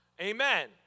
Amen